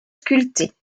sculptés